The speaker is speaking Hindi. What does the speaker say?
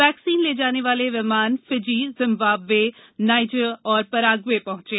वैक्सीन ले जाने वाले विमान फिजी जिम्बाम्बे नाइजर और पराग्वे पहुंचे